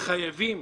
חייבים